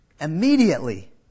Immediately